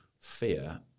fear